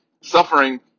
suffering